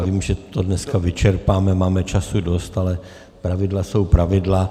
Vím, že to dneska vyčerpáme, máme času dost, ale pravidla jsou pravidla.